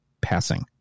passing